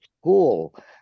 school